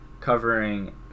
covering